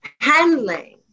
handling